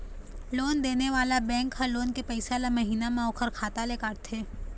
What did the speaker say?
loan देने वाला bank ह लोन के पइसा ल महिना म ओखर खाता ले काटथे